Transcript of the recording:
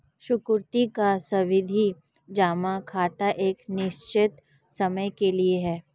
सुकृति का सावधि जमा खाता एक निश्चित समय के लिए है